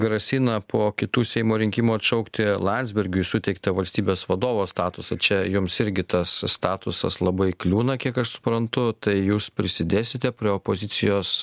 grasina po kitų seimo rinkimų atšaukti landsbergiui suteiktą valstybės vadovo statusą čia jums irgi tas statusas labai kliūna kiek aš suprantu tai jūs prisidėsite prie opozicijos